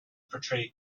portray